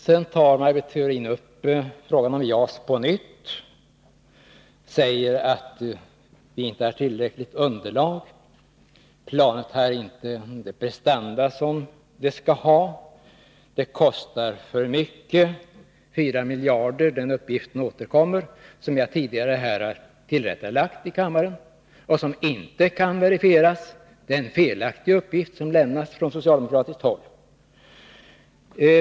Maj Britt Theorin tar på nytt upp frågan om JAS och säger att underlaget inte är tillräckligt, att planet inte har de prestanda som det skall ha, att det kostar för mycket — 4 miljarder. Den kostnadsuppgiften återkommer — en uppgift som jag tidigare har tillrättalagt här i kammaren och som inte kan verifieras. Det är en felaktig uppgift som lämnas från socialdemokratiskt håll.